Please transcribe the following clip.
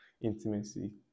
intimacy